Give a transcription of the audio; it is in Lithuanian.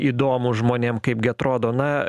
įdomu žmonėm kaipgi atrodo na